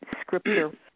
scripture